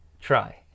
Try